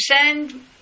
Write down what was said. send